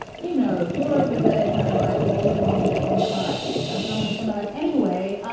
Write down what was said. you know, you're over there. kind of like holding onto your insides and someone is going to like anyway,